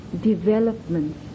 development